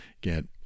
get